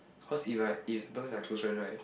cause if I if the person is my close friend right